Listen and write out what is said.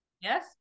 Yes